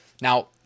now